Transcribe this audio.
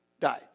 died